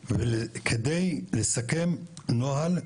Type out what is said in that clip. יחד עם נציגי הימנותא כדי לסכם נוהל,